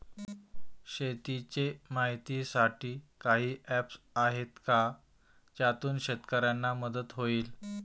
शेतीचे माहितीसाठी काही ऍप्स आहेत का ज्यातून शेतकऱ्यांना मदत होईल?